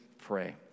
pray